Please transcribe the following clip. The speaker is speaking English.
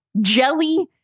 jelly